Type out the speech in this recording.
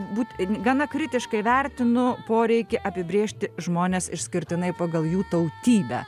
būt gana kritiškai vertinu poreikį apibrėžti žmones išskirtinai pagal jų tautybę